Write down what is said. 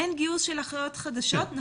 אין גיוס של אחיות חדשות.